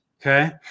Okay